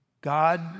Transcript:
God